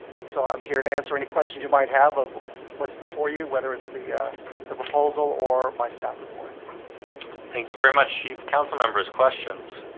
and so i'm here to answer any questions you might have of what's before you whether it's the the proposal or my staff report thank you very much. chief councilmembers questions